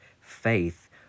faith